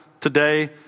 today